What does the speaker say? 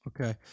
Okay